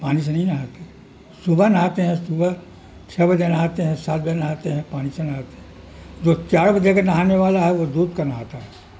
پانی سے نہیں نہاتے صبح نہاتے ہیں صبح چھ بجے نہاتے ہیں سات بجے نہاتے ہیں پانی سے نہاتے ہیں جو چار بجے کے نہانے والا ہے وہ دودھ کا نہاتا ہے